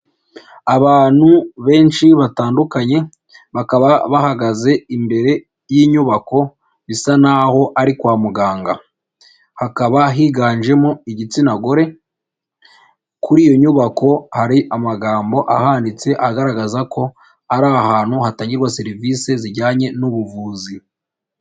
Abantu benshi batandukanye, bakaba bahagaze imbere y'inyubako, bisa naho ari kwa muganga. Hakaba higanjemo igitsina gore, kuri iyo nyubako hari amagambo ahanditse, agaragaza ko ari ahantu hatangirwa serivise zijyanye n'ubuvuzi.